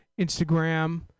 Instagram